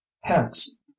hence